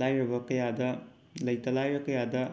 ꯂꯥꯏꯔꯕ ꯀꯌꯥꯗ ꯂꯩꯇ ꯂꯥꯏꯔ ꯀꯌꯥꯗ